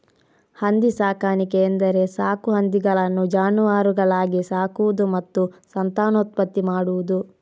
ಹಂದಿ ಸಾಕಾಣಿಕೆ ಎಂದರೆ ಸಾಕು ಹಂದಿಗಳನ್ನು ಜಾನುವಾರುಗಳಾಗಿ ಸಾಕುವುದು ಮತ್ತು ಸಂತಾನೋತ್ಪತ್ತಿ ಮಾಡುವುದು